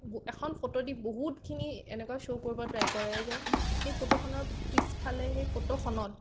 এখন ফটো দি বহুতখিনি এনেকুৱা শ্ব' কৰিব ট্ৰাই কৰে যে সেই ফটোখনৰ পিছফালে সেই ফটোখনত